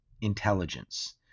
intelligence